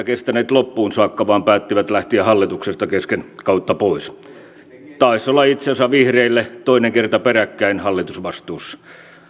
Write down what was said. kestäneet loppuun saakka vaan päättivät lähteä hallituksesta kesken kautta pois taisi olla itse asiassa vihreille toinen kerta peräkkäin hallitusvastuussa